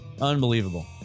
Unbelievable